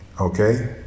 okay